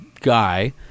Guy